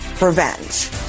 revenge